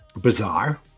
bizarre